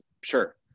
sure